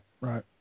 Right